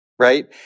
Right